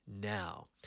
now